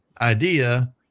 idea